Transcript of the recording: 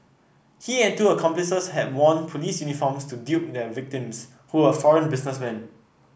he and two accomplices had worn police uniforms to dupe their victims who were foreign businessmen